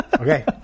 Okay